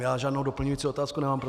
Já žádnou doplňující otázku nemám.